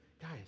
guys